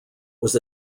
was